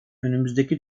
önümüzdeki